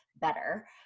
better